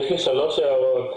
יש לי שלוש הערות.